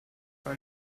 war